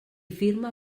firma